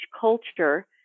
culture